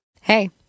Hey